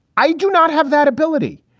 i do not have that ability.